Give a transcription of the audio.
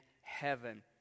heaven